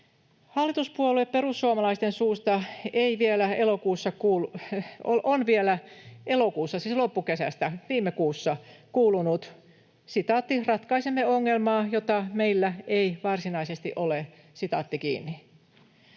Hallituspuolue perussuomalaisten suusta on vielä elokuussa, siis loppukesästä, viime kuussa, kuulunut: ”Ratkaisemme ongelmaa, jota meillä ei varsinaisesti ole.” Tällainen